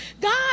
God